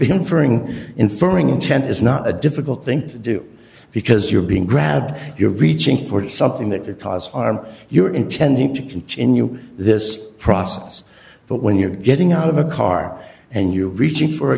inferring inferring intent is not a difficult thing to do because you're being grabbed you're reaching for something that could cause harm you're intending to continue this process but when you're getting out of a car and you reaching for a